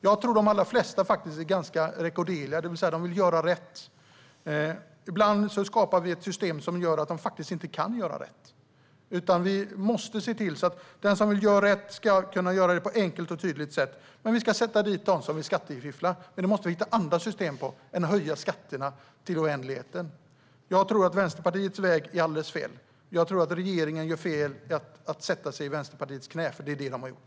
Jag tror att de allra flesta faktiskt är ganska rekorderliga, det vill säga de vill göra rätt, men ibland skapar vi system som gör att de faktiskt inte kan göra rätt. Vi måste se till att den som vill göra rätt ska kunna göra det på ett enkelt och tydligt sätt. Vi ska sätta dit dem som vill skattefiffla, men det måste vi hitta andra system för än att höja skatterna till oändligheten. Jag tror att Vänsterpartiets väg är alldeles fel, och jag tror att regeringen gör fel när den sätter sig i Vänsterpartiets knä, för det är det man har gjort.